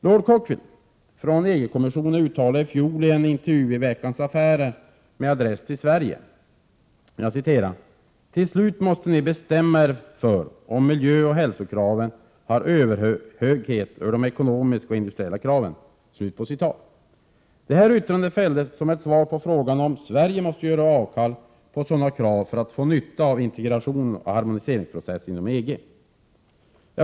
Lord Cockfield från EG-kommissionen uttalade i fjol i en intervju i Veckans Affärer, med adress till Sverige: ”Till slut måste ni bestämma er för om miljöoch hälsokraven har överhöghet över de ekonomiska och industriella kraven.” Yttrandet fälldes som ett svar på frågan om Sverige måste göra avkall på sådana krav för att få nytta av integrationsoch harmoniseringsprocessen inom EG.